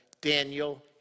Daniel